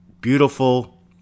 Beautiful